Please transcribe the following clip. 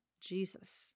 Jesus